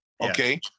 okay